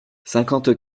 cinquante